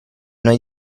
noi